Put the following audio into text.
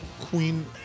Queen